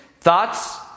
thoughts